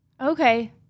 Okay